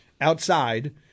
outside